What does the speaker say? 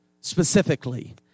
specifically